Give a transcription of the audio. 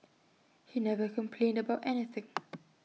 he never complained about anything